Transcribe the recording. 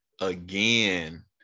again